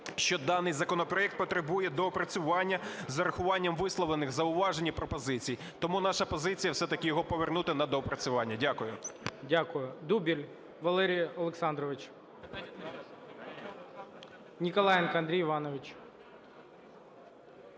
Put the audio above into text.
що даний законопроект потребує доопрацювання з урахуванням висловлених зауважень і пропозицій. Тому наша позиція все-таки його повернути на доопрацювання. Дякую. ГОЛОВУЮЧИЙ. Дякую. Дубіль Валерій Олександрович. Ніколаєнко Андрій Іванович.